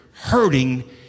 hurting